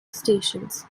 stations